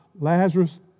Lazarus